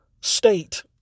state